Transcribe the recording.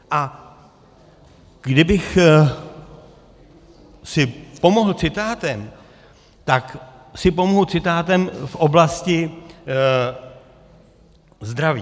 A kdybych si pomohl citátem, tak si pomohu citátem v oblasti zdraví.